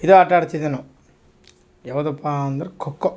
ಇದೇ ಆಟ ಆಡ್ತಿದ್ದೆವು ನಾವು ಯಾವುದಪ್ಪಾ ಅಂದ್ರೆ ಖೋಖೋ